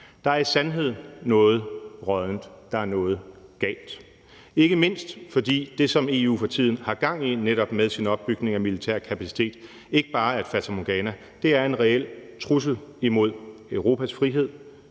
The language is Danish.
Der er i sandhed noget råddent, der er noget galt, ikke mindst fordi det, som EU for tiden har gang i netop med sin opbygning af militær kapacitet, ikke bare er et fatamorgana. Det er en reel trussel imod Europas frihed